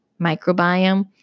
Microbiome